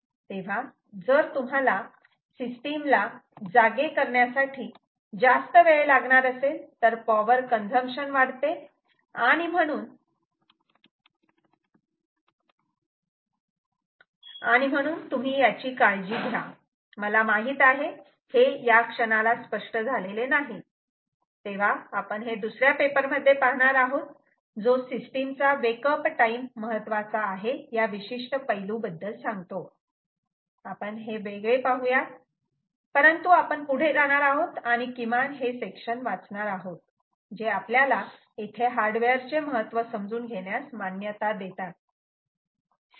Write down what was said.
तेव्हा जर तुम्हाला सिस्टीम ला जागे करण्यासाठी जास्त वेळ लागणार असेल तर पॉवर कन्झम्पशन वाढते आणि म्हणून तुम्ही याची काळजी घ्या मला माहित आहे हे या क्षणाला स्पष्ट झालेले नाही तेव्हा आपण हे दुसऱ्या पेपर मध्ये पाहणार आहोत जो सिस्टीमचा वेक अप टाईम महत्वाचा आहे या विशिष्ट पैलू बद्दल सांगतो आपण हे वेगळे पाहूयात परंतु आपण पुढे जाणार आहोत आणि किमान हे सेक्शन वाचणार आहोत जे आपल्याला येथे हार्डवेअर चे महत्त्व समजून घेण्यास मान्यता देतात